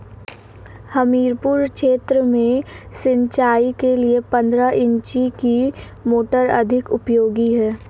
हमीरपुर क्षेत्र में सिंचाई के लिए पंद्रह इंची की मोटर अधिक उपयोगी है?